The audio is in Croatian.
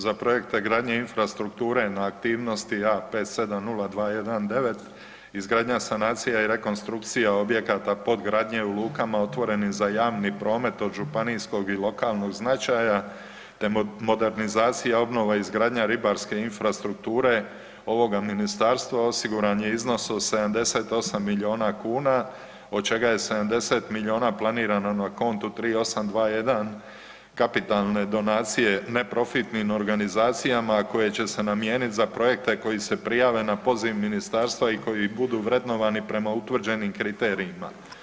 Za projekte gradnje infrastrukture na aktivnosti A570219 izgradnja sanacija i rekonstrukcija objekata podgradnje u lukama otvoren je za javni promet od županijskog i lokalnog značaja, te modernizacija, obnova i izgradnja ribarske infrastrukture ovoga ministarstva osiguran je iznos od 78 milijona kuna, od čega je 70 milijona planirano na konto 3821 kapitalne donacije neprofitnim organizacijama koje će se namijenit za projekte koji se prijave na poziv ministarstva i koji budu vrednovani prema utvrđenim kriterijima.